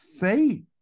Faith